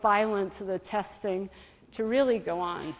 violence of the testing to really go on